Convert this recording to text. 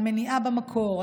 מניעה במקור,